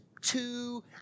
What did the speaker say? two